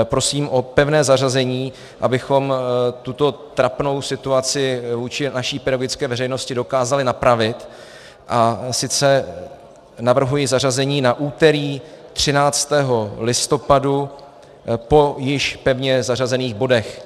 Prosím o pevné zařazení, abychom tuto trapnou situaci vůči naší pedagogické veřejnosti dokázali napravit, a sice navrhuji zařazení na úterý 13. listopadu po již pevně zařazených bodech.